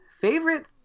favorite